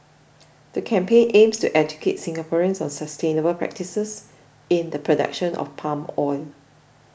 the campaign aims to educate Singaporeans on sustainable practices in the production of palm oil